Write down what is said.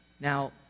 Now